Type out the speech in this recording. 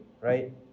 right